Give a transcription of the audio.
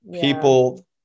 People